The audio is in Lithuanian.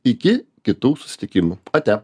iki kitų susitikimų ate